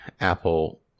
Apple